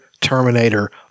Terminator